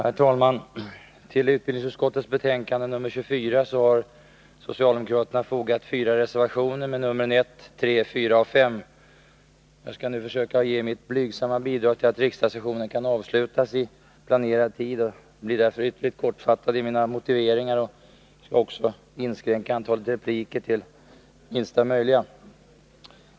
Herr talman! Till utbildningsutskottets betänkande nr 24 har socialdemokraterna fogat fyra reservationer med numren 1, 3, 4 och 5. Jag skall försöka ge mitt blygsamma bidrag till att riksdagssessionen kan avslutas i planerad tid och blir därför ytterligt kortfattad i mina motiveringar för reservationerna. Jag skall också inskränka antalet repliker till minsta möjliga.